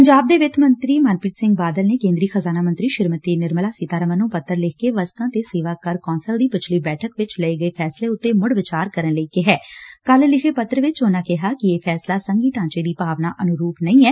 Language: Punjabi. ਪੰਜਾਬ ਦੇ ਵਿੱਤ ਮੰਤਰੀ ਮਨਪ੍ਰੀਤ ਸਿੰਘ ਬਾਦਲ ਨੇ ਕੇਦਰੀ ਖ਼ਜਾਨਾ ਮੰਤਰੀ ਸ੍ਰੀਮਤੀ ਨਿਰਮਲਾ ਸੀਤਾਰਮਨ ਨੂੰ ਪੱਤਰ ਲਿਖ ਕੇ ਵਸਤਾਂ ਤੇ ਸੇਵਾ ਕਰ ਕੌਂਸਲ ਦੀ ਪਿਛਲੀ ਬੈਠਕ ਵਿਚ ਲਏ ਗਏ ਫੈਸਲੇ ਉਤੇ ਮੁੜ ਵਿਚਾਰ ਕਰਨ ਲਈ ਕਿਹੈ ਕੱਲ੍ ਲਿਖੇ ਪੱਤਰ ਵਿਚ ਉਨਾਂ ਕਿਹਾ ਕਿ ਇਹ ਫੈਸਲਾ ਸੰਘੀ ਢਾਂਚੇ ਦੀ ਭਾਵਨਾ ਅਨੁਰੁਪ ਨਹੀਂ ਐ